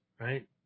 right